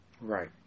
right